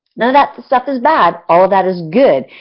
none of that stuff is bad, all of that is good.